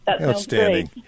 Outstanding